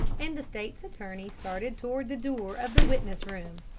and the state's attorney started toward the door of the witness-room.